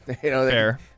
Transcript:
Fair